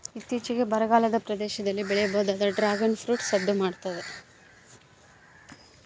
ಇತ್ತೀಚಿಗೆ ಬರಗಾಲದ ಪ್ರದೇಶದಲ್ಲಿ ಬೆಳೆಯಬಹುದಾದ ಡ್ರಾಗುನ್ ಫ್ರೂಟ್ ಸದ್ದು ಮಾಡ್ತಾದ